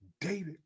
David